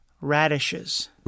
radishes